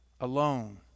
alone